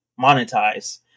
monetize